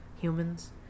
humans